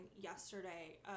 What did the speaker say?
yesterday